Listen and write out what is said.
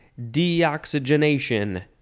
deoxygenation